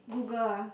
Google ah